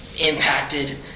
impacted